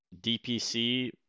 DPC